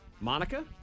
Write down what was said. Monica